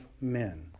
men